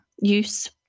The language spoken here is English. use